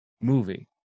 movie